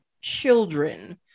children